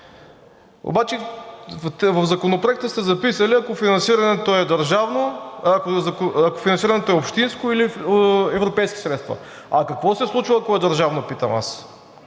Обаче в Законопроекта сте записали – ако финансирането е общинско или от европейски средства. А какво се случва, ако е държавно, питам аз,